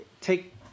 take